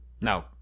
No